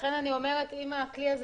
אני אומרת שאם הכלי הזה